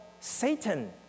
Satan